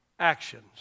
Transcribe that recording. actions